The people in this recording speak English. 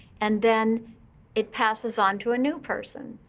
and then it passes onto a new person.